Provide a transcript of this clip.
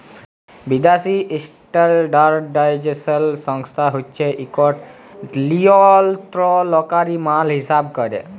বিদ্যাসি ইস্ট্যাল্ডার্ডাইজেশল সংস্থা হছে ইকট লিয়লত্রলকারি মাল হিঁসাব ক্যরে